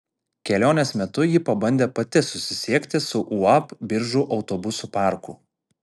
kelionės metu ji pabandė pati susisiekti su uab biržų autobusų parku